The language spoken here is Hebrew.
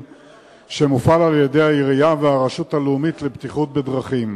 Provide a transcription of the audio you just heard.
שמופעל על-ידי העירייה והרשות הלאומית לבטיחות בדרכים.